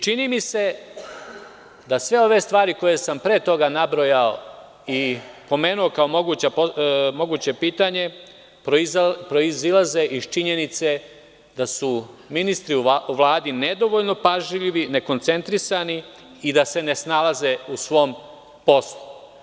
Čini mi se da sve ove stvari koje sam pre toga nabrojao i pomenuo kao moguća pitanja proizilaze iz činjenice da su ministri u Vladi nedovoljno pažljivi, nekoncentrisani i da se ne snalaze u svom poslu.